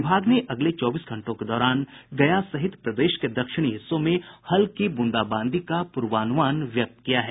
विभाग ने अगले चौबीस घंटों के दौरान गया सहित प्रदेश के दक्षिणी हिस्सों में हल्की ब्रंदाबांदी का पूर्वानुमान व्यक्त किया है